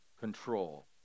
control